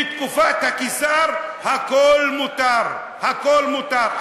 בתקופת הקיסר הכול מותר, הכול מותר.